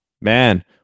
man